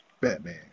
Batman